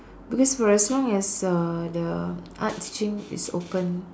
because for as long as uh the art teaching is open